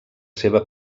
seva